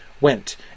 went